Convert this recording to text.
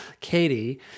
Katie